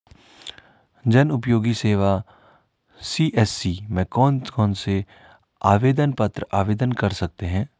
जनउपयोगी सेवा सी.एस.सी में कौन कौनसे आवेदन पत्र आवेदन कर सकते हैं?